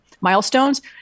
Milestones